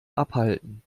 abhalten